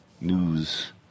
news